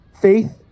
faith